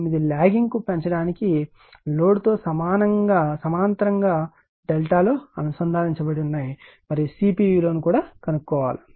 9 లాగింగ్కు పెంచడానికి లోడ్తో సమాంతరంగా డెల్టాలో అనుసంధానించబడి ఉన్నాయి మరియు CP విలువను కూడా కనుగొనండి